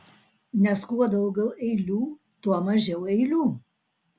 nes kuo daugiau eilių tuo mažiau eilių